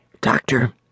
Doctor